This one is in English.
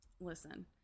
listen